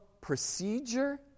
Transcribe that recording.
procedure